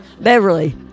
Beverly